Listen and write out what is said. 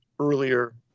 earlier